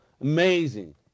amazing